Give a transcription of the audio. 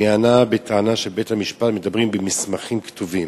מיאנה בטענה שבבית-המשפט מדברים במסמכים כתובים.